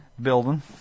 building